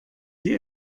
die